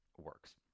works